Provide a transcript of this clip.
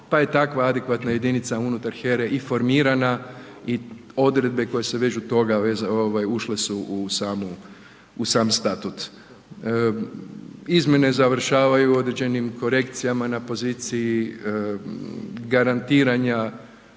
pa je takva adekvatna jedinica unutar HERE i formirana i odredbe koje se vežu toga ušle su u sam Statut. Izmjene završavaju određenim korekcijama na poziciji garantiranja